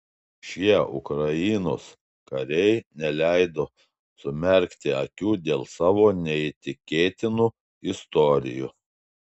šie ukrainos kariai neleido sumerkti akių dėl savo neįtikėtinų istorijų